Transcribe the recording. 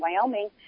Wyoming